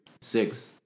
six